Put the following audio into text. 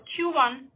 Q1